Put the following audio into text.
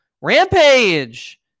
rampage